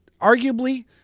arguably